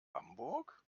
hamburg